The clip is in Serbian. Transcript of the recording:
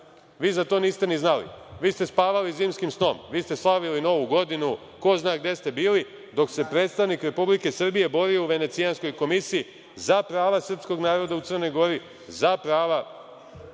vi za to niste ni znali. Vi ste spavali zimskim snom, vi ste slavili Novu godinu, ko zna gde ste bili, dok se predstavnik Republike Srbije borio u Venecijanskoj komisiji za prava srpskog naroda u Crnoj Gori, za prava